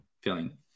Feeling